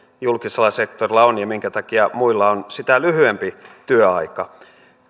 julkisella sektorilla on ja minkä takia muilla on sitä lyhyempi työaika